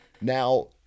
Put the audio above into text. now